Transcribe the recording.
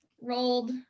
Rolled